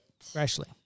Freshly